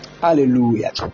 Hallelujah